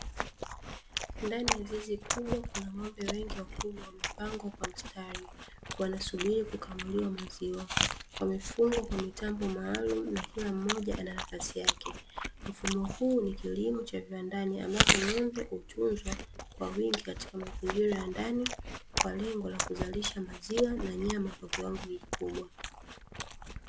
Ndani ya zizi kubwa, kuna ng'ombe wengi wakubwa wamepangwa kwa mstari, wanasubiri kukamuliwa maziwa, wamefungwa kwa mitambo maalumu, na kila mmoja ananafasi yake. Mfumo huu ni kilimo cha viwandani, ambapo ng'ombe hutunzwa kwa wingi, katika mazingira ya ndani kwa lengo la kuzalisha maziwa, na nyama kwa kiwango kikubwa.